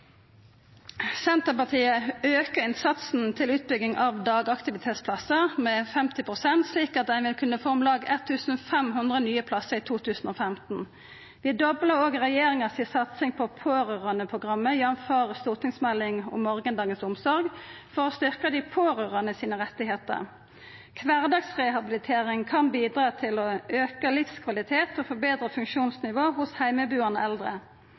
Senterpartiet aukar innsatsen til utbygging av dagaktivitetsplassar med 50 pst., slik at ein vil kunna få om lag 1 500 nye plassar i 2015. Vi doblar òg regjeringa si satsing på Pårørendeprogrammet, jf. stortingsmeldinga Morgendagens omsorg, for å styrkja rettane til dei pårørande. Kvardagsrehabilitering kan bidra til å auka livskvaliteten og forbetra funksjonsnivået hos heimebuande eldre.